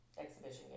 Exhibition